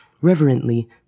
reverently